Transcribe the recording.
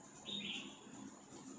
monthly or weekly ah